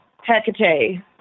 Hecate